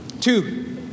Two